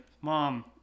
Mom